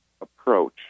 approach